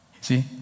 See